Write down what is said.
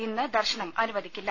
ഇന്ന് ദർശനം അനുവദിക്കില്ല